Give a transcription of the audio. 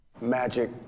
magic